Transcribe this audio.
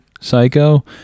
Psycho